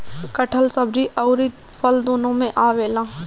कटहल सब्जी अउरी फल दूनो में आवेला